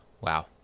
Wow